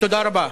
תודה רבה.